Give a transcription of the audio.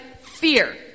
fear